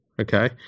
okay